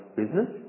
business